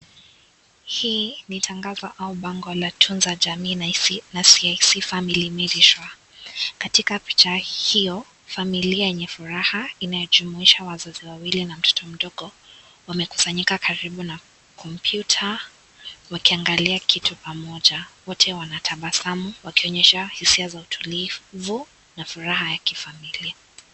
Hii ni tangazo au bango la tunza jamii na CIC Family Made Sure. Katika picha hiyo, familia yenye furaha, inayojumuisha wazazi wawili na mtoto mdogo, wamekusanyika karibu na kompyuta wakiangalia kitu pamoja. Wote wanatabasamu wakionyesha hisia za utulivu na furaha ya kifamilia.